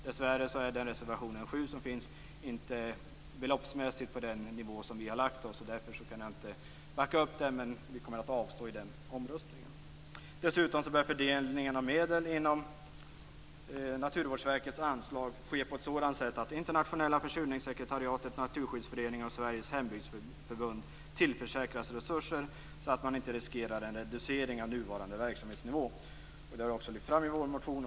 Dessvärre är reservation 7 inte beloppsmässigt på den nivå som vi har lagt oss, därför kan jag inte backa upp den. Vi kommer att avstå i den omröstningen. Dessutom bör fördelningen av medel inom Naturvårdsverkets anslag ske på ett sådant sätt att Internationella försurningssekretariatet, Naturskyddsföreningen och Sveriges hembygdsförbund tillförsäkras resurser så att de inte riskerar en reducering av nuvarande verksamhetsnivå. Det har vi lyft fram i vår motion.